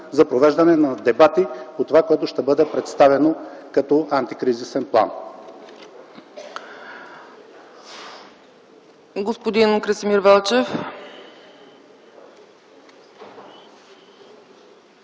за провеждане на дебати по това, което ще бъде представено като Антикризисен план.